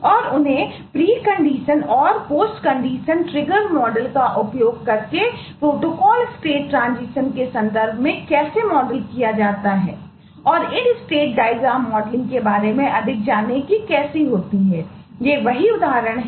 और उन्हें प्रीकंडीशनक्या हैं